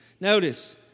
Notice